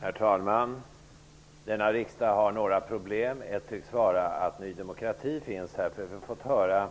Herr talman! Denna riksdag har några problem. Ett tycks vara att Ny demokrati finns här. Vi har fått höra